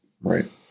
right